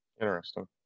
interesting